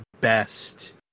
best